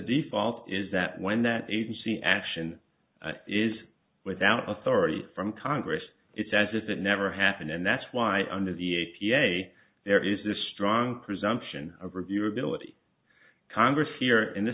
default is that when that agency action is without authority from congress it's as if it never happened and that's why under the a p a there is a strong presumption of your ability congress here in the